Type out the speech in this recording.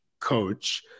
coach